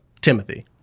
Timothy